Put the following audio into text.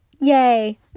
Yay